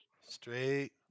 Straight